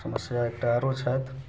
समस्या एकटा आओर छथि